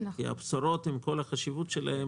כי הבשורות עם כל החשיבות שלהן